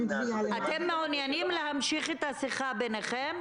אין גבייה --- אתם מעוניינים להמשיך את השיחה ביניכם?